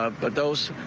ah but those.